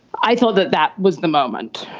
i thought that that was the moment